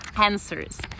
answers